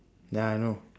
ya I know